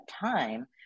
time